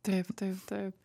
taip taip taip